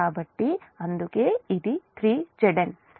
కాబట్టి అందుకే 3 Zn